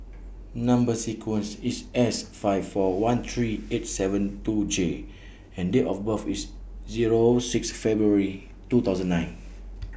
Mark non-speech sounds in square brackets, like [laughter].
Number sequence IS S five four one three eight seven two J and Date of birth IS Zero six February two thousand nine [noise]